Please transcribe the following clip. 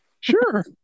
sure